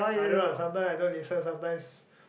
I don't know uh sometimes I don't listen sometimes